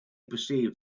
perceived